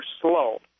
slow